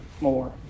more